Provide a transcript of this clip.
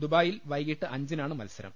ദുബായിൽ വൈകിട്ട് അഞ്ചിനാണ് മത്സരം